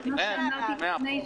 אין, אין - 100%.